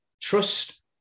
trust